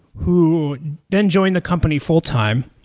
who then joined the company full-time,